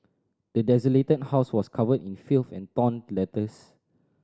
the desolated house was covered in filth and torn letters